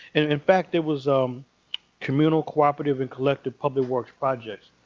and in fact, there was um communal, cooperative, and collective public works projects.